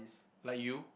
like you